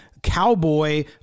cowboy